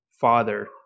father